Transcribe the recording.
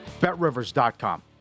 BetRivers.com